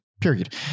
period